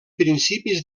principis